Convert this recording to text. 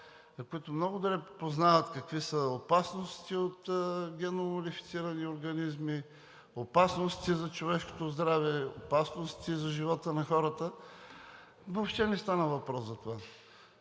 които много добре познават какви са опасностите от генномодифицираните организми, опасностите за човешкото здраве, опасностите за живота на хората – въобще не стана въпрос за това.